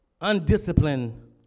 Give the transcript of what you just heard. undisciplined